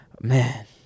man